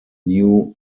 new